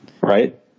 Right